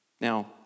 Now